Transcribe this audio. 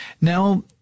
Now